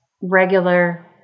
regular